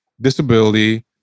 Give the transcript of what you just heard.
disability